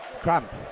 Cramp